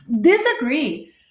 disagree